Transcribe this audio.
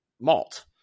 malt